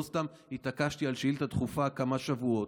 לא סתם התעקשתי על שאילתה דחופה כמה שבועות,